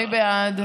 מי בעד?